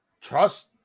trust